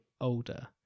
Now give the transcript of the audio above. older